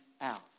out